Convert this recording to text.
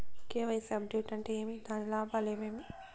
KYC update అంటే ఏమి? దాని లాభాలు ఏమేమి?